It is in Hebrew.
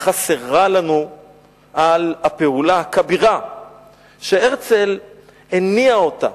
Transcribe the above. חסרה לנו על הפעולה הכבירה שהרצל הניע אותה,